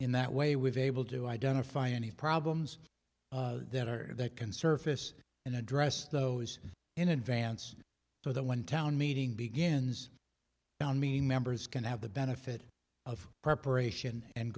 in that way with able to identify any problems that are that can service and address those in advance so that when town meeting begins down meaning members can have the benefit of preparation and